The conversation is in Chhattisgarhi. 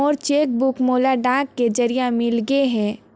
मोर चेक बुक मोला डाक के जरिए मिलगे हे